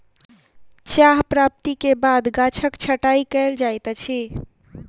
चाह प्राप्ति के बाद गाछक छंटाई कयल जाइत अछि